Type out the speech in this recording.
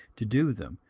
to do them,